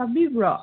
ꯇꯥꯕꯤꯕ꯭ꯔꯣ